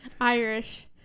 irish